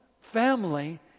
family